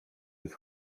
jest